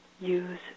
Use